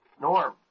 Norm